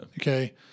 okay